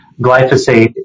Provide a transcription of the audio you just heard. glyphosate